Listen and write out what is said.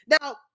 now